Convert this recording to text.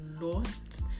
lost